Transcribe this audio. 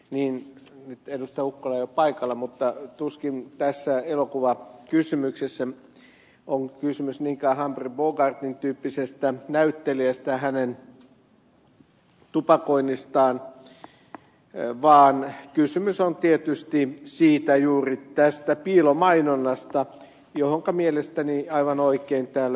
ukkola ei ole paikalla mutta tuskin tässä elokuvakysymyksessä on kysymys niinkään humphrey bogartin tyyppisestä näyttelijästä ja hänen tupakoinnistaan vaan kysymys on tietysti juuri tästä piilomainonnasta johonka mielestäni aivan oikein täällä ed